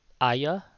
AYA